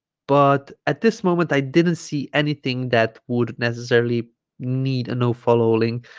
but at this moment i didn't see anything that would necessarily need a no following